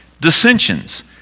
dissensions